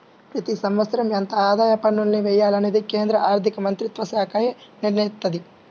ప్రతి సంవత్సరం ఎంత ఆదాయ పన్నుల్ని వెయ్యాలనేది కేంద్ర ఆర్ధికమంత్రిత్వశాఖే నిర్ణయిత్తది